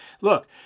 look